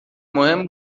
مهم